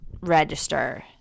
register